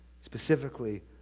Specifically